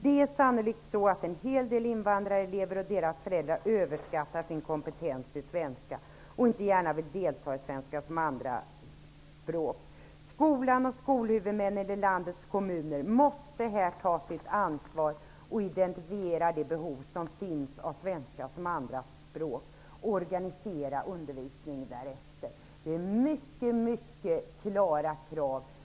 Det är sannolikt så att en hel del invandrarlever och deras föräldrar överskattar sin kompetens i svenska och inte gärna vill delta i undervisning av svenska som andra språk. Skolan och skolhuvudmännen i landets kommuner måste ta sitt ansvar och identifiera det behov som finns av undervisning i svenska som andra språk och organisera undervisningen därefter. Det är mycket klara krav.